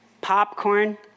popcorn